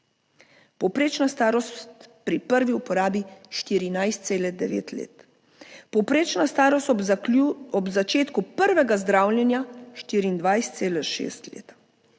Povprečna starost pri prvi uporabi 14,9 let. Povprečna starost ob začetku prvega zdravljenja 24,6 let.